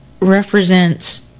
represents